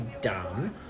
dumb